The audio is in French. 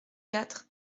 quatre